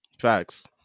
Facts